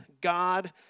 God